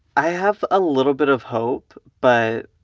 i have a little bit of hope, but,